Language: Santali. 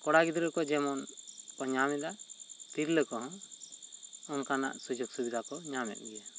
ᱠᱚᱲᱟ ᱜᱤᱫᱽᱨᱟᱹ ᱠᱚ ᱡᱮᱢᱚᱱ ᱧᱟᱢ ᱮᱫᱟ ᱛᱤᱨᱞᱟᱹ ᱠᱚᱦᱚᱸ ᱚᱱᱠᱟᱱᱟᱜ ᱥᱩᱡᱚᱜᱽ ᱥᱩᱵᱤᱫᱷᱟ ᱠᱚ ᱧᱟᱢᱮᱫ ᱜᱮᱭᱟ